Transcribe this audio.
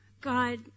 God